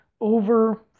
over